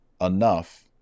enough